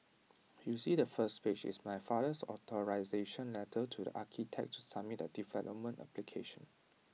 you see the first page is my father's authorisation letter to the architect to submit the development application